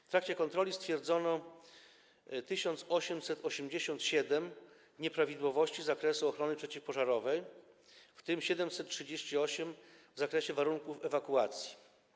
W trakcie kontroli stwierdzono 1887 nieprawidłowości z zakresu ochrony przeciwpożarowej, w tym 738 w zakresie warunków ewakuacji.